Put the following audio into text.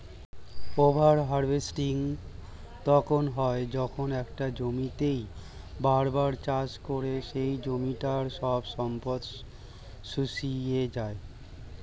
over harvesting তখন হয় যখন একটা জমিতেই বার বার চাষ করে সেই জমিটার সব সম্পদ শুষিয়ে যায়